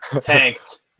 tanked